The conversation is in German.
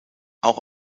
auch